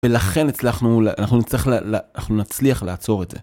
ולכן הצלחנו, אנחנו נצליח לעצור את זה.